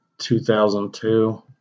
2002